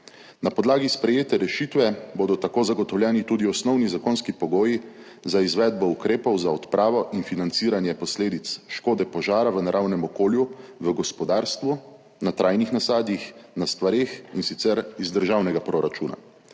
Na podlagi sprejete rešitve bodo tako zagotovljeni tudi osnovni zakonski pogoji za izvedbo ukrepov za odpravo in financiranje posledic škode požara v naravnem okolju, v gospodarstvu, na trajnih nasadih, na stvareh, in sicer iz državnega proračuna.